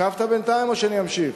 חשבת בינתיים, או שאני אמשיך?